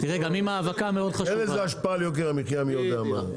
אז אין לזה השפעה על יוקר המחיה מי יודע מה.